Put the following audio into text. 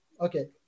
Okay